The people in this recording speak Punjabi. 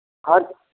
ਹਾਂਜੀ